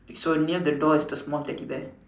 so near the door is the small teddy bear